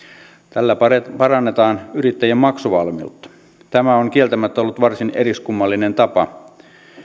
tällä parannetaan parannetaan yrittäjän maksuvalmiutta tämä on kieltämättä ollut varsin eriskummallinen tapa